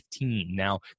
now